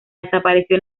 desapareció